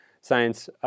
science